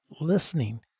listening